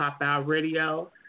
popoutradio